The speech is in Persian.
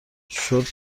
شرت